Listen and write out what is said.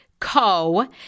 Co